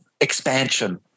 expansion